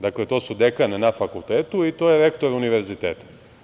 Dakle, to su dekan na fakultetu i to je rektor univerziteta.